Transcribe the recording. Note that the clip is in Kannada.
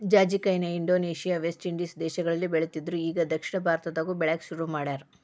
ಜಾಜಿಕಾಯಿನ ಇಂಡೋನೇಷ್ಯಾ, ವೆಸ್ಟ್ ಇಂಡೇಸ್ ದೇಶಗಳಲ್ಲಿ ಬೆಳಿತ್ತಿದ್ರು ಇಗಾ ದಕ್ಷಿಣ ಭಾರತದಾಗು ಬೆಳ್ಯಾಕ ಸುರು ಮಾಡ್ಯಾರ